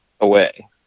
away